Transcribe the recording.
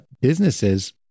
businesses